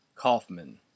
Kaufman